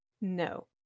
no